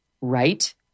Right